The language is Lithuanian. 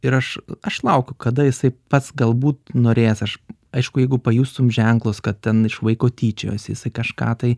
ir aš aš laukiu kada jisai pats galbūt norės aš aišku jeigu pajustum ženklus kad ten iš vaiko tyčiojosi jisai kažką tai